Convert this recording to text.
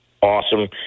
awesome